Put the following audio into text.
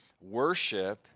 worship